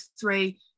three